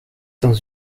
dans